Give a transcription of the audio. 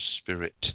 spirit